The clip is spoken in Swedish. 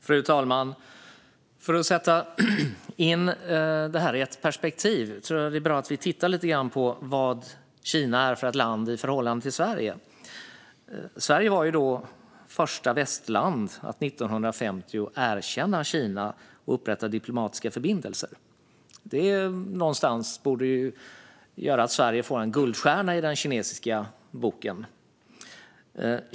Fru talman! Låt mig sätta detta i ett perspektiv och titta lite på vad Kina är för land i förhållande till Sverige. Sverige var första västland att 1950 erkänna Kina och upprätta diplomatiska förbindelser. Det borde ge Sverige en guldstjärna i den kinesiska boken.